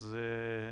אלא